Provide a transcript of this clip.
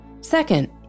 Second